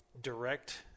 direct